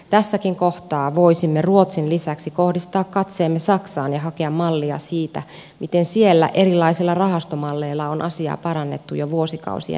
tässäkin kohtaa voisimme ruotsin lisäksi kohdistaa katseemme saksaan ja hakea mallia siitä miten siellä erilaisilla rahastomalleilla on asiaa parannettu jo vuosikausien ajan